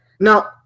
Now